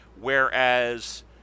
whereas